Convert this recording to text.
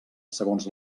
segons